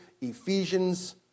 Ephesians